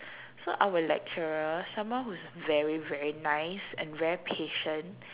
so our lecturer someone who's very very nice and very patient